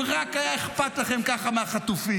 אם רק היה אכפת לכם ככה מהחטופים,